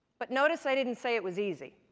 but notice i didn't say it was easy.